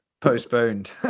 postponed